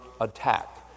attack